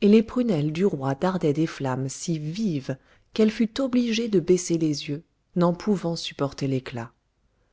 et les prunelles du roi dardaient des flammes si vives qu'elle fut obligée de baisser les yeux n'en pouvant supporter l'éclat